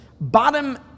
bottom